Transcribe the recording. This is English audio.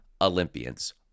Olympians